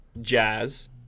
Jazz